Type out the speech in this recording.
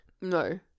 no